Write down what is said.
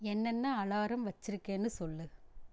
என்னென்ன அலாரம் வச்சிருக்கேன்னு சொல்